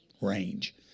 range